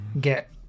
get